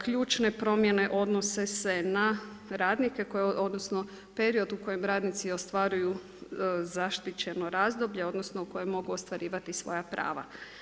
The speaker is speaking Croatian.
Ključne promjene odnose se na radnike, odnosno period u kojem radnici ostvaruju zaštićeno razdoblje odnosno u kojem mogu ostvarivati svoja prava.